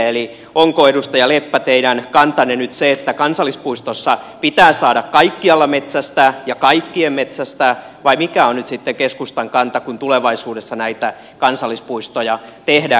eli onko edustaja leppä teidän kantanne nyt se että kansallispuistossa pitää saada kaikkialla metsästää ja kaikkien metsästää vai mikä on nyt sitten keskustan kanta kun tulevaisuudessa näitä kansallispuistoja tehdään